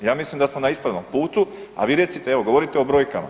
Ja mislim da smo na ispravnom putu, a vi recite evo govorite o brojkama.